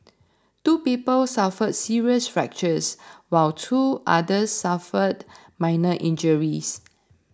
two people suffered serious fractures while two others suffered minor injuries